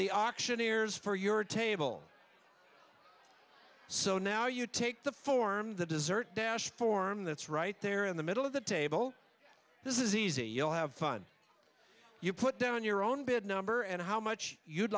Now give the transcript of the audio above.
the auctioneer's for your table so now you take the form the dessert dashed form that's right there in the middle of the table this is easy you'll have fun you put down your own bed number and how much you'd